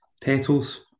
petals